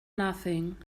nothing